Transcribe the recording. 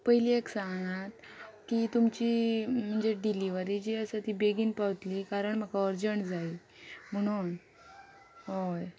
पयली एक सांगात की तुमची म्हणजे डिलिव्हरी जी आसा ती बेगीन पावतली कारण म्हाका अर्जंट जाय म्हणून हय